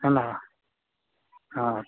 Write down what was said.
है ना हाँ